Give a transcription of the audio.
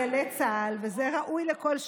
חיילי צה"ל, וזה ראוי לכל שבח,